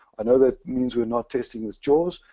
i know that means we're not testing with jaws.